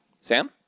Sam